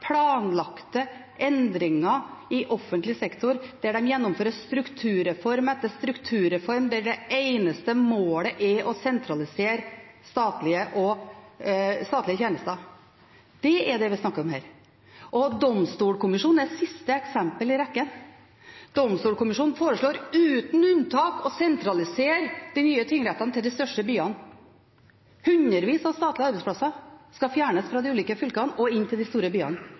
planlagte endringer i offentlig sektor, der de gjennomfører strukturreform etter strukturreform, og der det eneste målet er å sentralisere statlige tjenester. Det er det vi snakker om her. Domstolkommisjonen er det siste eksemplet i rekken. Domstolkommisjonen foreslår uten unntak å sentralisere de nye tingrettene til de største byene. Hundrevis av statlige arbeidsplasser skal fjernes fra de ulike fylkene og skal inn til de store byene.